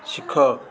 ଶିଖ